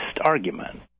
argument